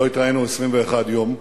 לא התראינו 21 יום.